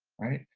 right?